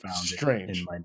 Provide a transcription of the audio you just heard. strange